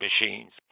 machines